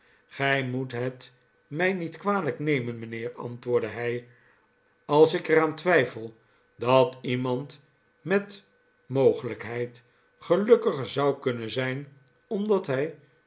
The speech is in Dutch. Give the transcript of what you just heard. gij moet het mij niet kwalijk nemen mijnheer antwoordde hij als ik er aan twijfel dat iemand met mogelijkheid gelukkiger zou kunnen zijn omdat hij